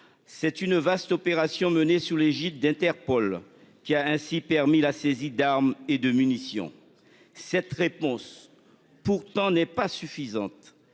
C'est une vaste opération menée sous l'égide d'Interpol, qui a ainsi permis la saisie d'armes et de munitions. Cette réponse. Pourtant, n'est pas suffisante.